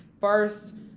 first